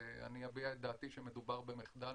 אני אביע את דעתי שמדובר במחדל,